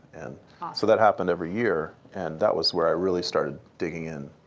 and so that happened every year, and that was where i really started digging in,